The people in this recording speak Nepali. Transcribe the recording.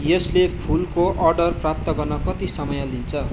यसले फुलको अर्डर प्राप्त गर्न कति समय लिन्छ